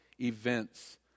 events